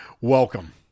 Welcome